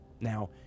Now